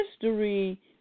History